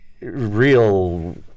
real